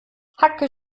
hacke